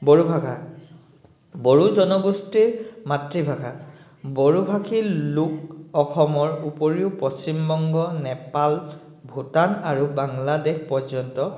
বড়োভাষা বড়ো জনগোষ্ঠীৰ মাতৃভাষা বড়োভাষী লোক অসমৰ উপৰিও পশ্চিমবংগ নেপাল ভূটান আৰু বাংলাদেশ পৰ্যন্ত